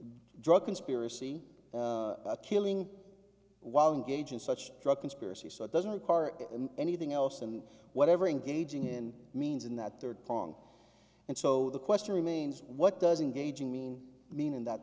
drug conspiracy killing while engaged in such drug conspiracy so it doesn't require anything else and whatever engaging in means in that third prong and so the question remains what does engaging mean mean in that